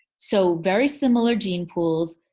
so, very similar gene pools,